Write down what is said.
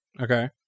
Okay